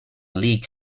league